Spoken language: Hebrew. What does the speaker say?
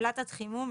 פלטת חימום,